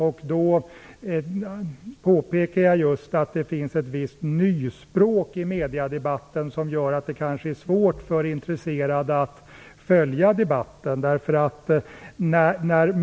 Jag påpekade då att det finns ett visst nyspråk i mediedebatten som gör att det kanske är svårt för intresserade att följa debatten.